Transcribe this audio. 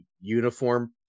uniform